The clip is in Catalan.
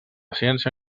ciència